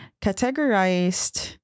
categorized